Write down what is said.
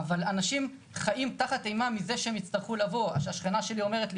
אבל אנשים חיים תחת אימה מזה שהם יצטרכו לבוא השכנה שלי אומרת לי